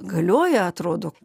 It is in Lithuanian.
galioja atrodo